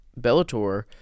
Bellator